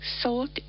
salt